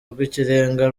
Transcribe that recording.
rw’ikirenga